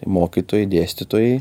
mokytojai dėstytojai